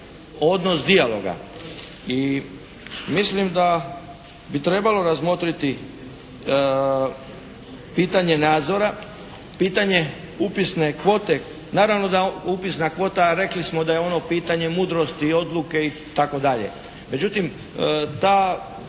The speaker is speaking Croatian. odnos dijaloga. I mislim da bi trebalo razmotriti pitanje nadzora, pitanje upisne kvote. Naravno da upisna kvota, a rekli smo da je ono pitanje mudrosti, odluke i tako dalje. Međutim ta